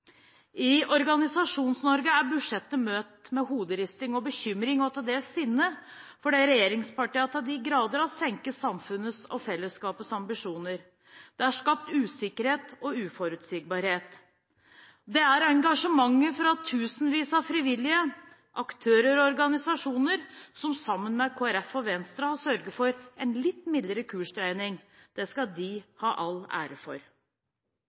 I Organisasjons-Norge er budsjettet møtt med hoderisting og bekymring og til dels sinne fordi regjeringspartiene til de grader har senket samfunnets og fellesskapets ambisjoner. Det er skapt usikkerhet og uforutsigbarhet. Det er engasjementet fra tusenvis av frivillige aktører og organisasjoner som sammen med Kristelig Folkeparti og Venstre har sørget for en litt mildere kursdreining. Det skal de ha all ære for.